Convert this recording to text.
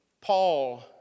Paul